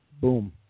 Boom